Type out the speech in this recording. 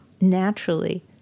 naturally